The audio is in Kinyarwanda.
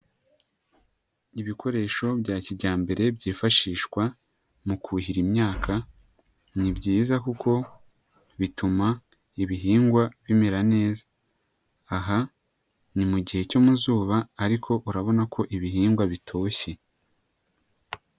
Ibikoresho bya kijyambere byifashishwa mu kuhira imyaka ni byiza kuko bituma ibihingwa bimera neza, aha ni mu gihe cyo mu zuba ariko urabona ko ibihingwa bitoshye.